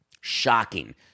Shocking